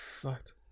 fucked